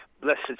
blessed